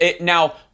Now